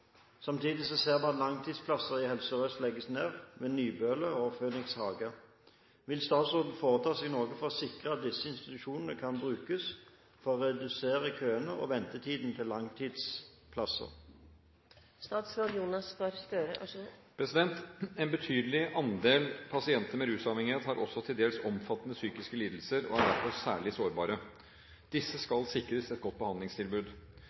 Samtidig ser vi at langtidsplasser i Helse Sør-Øst legges ned, ved Nybøle og Phoenix Haga. Vil statsråden foreta seg noe for å sikre at disse institusjonene kan brukes for å redusere køene og ventetiden til langtidsplasser?» En betydelig andel pasienter med rusavhengighet har også til dels omfattende psykiske lidelser og er derfor særlig sårbare. Disse skal sikres et godt behandlingstilbud.